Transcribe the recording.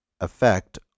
effect